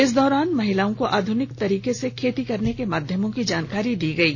इस दौरान महिलाओं को आधुनिक तरीकों से खेती करने के माध्यमों की जानकारी दी गयी